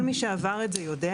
כל מי שעבר את זה יודע,